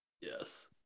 yes